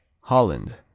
Holland